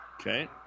Okay